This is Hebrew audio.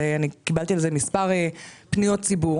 קיבלתי על זה מספר פניות ציבור